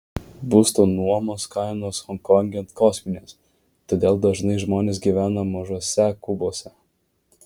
būsto nuomos kainos honkonge kosminės todėl dažnai žmonės gyvena mažuose kubuose